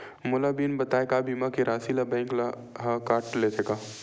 मोला बिना बताय का बीमा के राशि ला बैंक हा कत लेते का?